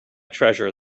treasure